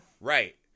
Right